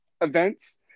events